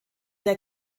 der